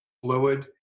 fluid